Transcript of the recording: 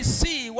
see